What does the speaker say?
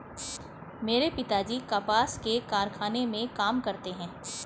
मेरे पिताजी कपास के कारखाने में काम करते हैं